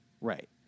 Right